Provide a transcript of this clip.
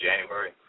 January